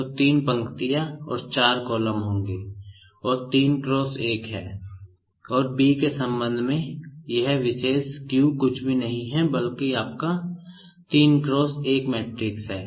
तो 3 पंक्तियाँ और 4 कॉलम होंगे और यह 3 × 1 है और B के संबंध में यह विशेष Q कुछ भी नहीं है बल्कि आपका 3 × 1 मैट्रिक्स है